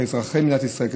כאזרחי מדינת ישראל,